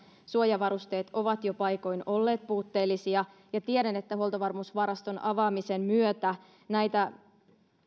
suojavarusteet ovat jo paikoin olleet puutteellisia tiedän että huoltovarmuusvaraston avaamisen myötä